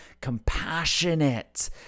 compassionate